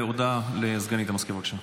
הודעה לסגנית המזכיר, בבקשה.